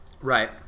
Right